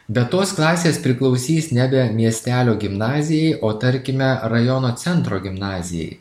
bet tos klasės priklausys nebe miestelio gimnazijai o tarkime rajono centro gimnazijai